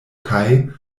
kaj